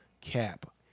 cap